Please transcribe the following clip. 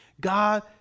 God